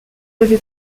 avait